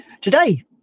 Today